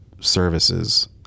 services